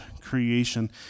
creation